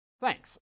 thanks